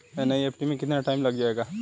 NEFT में कितना time लग जाएगा?